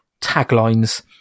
taglines